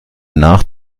nach